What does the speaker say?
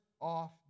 off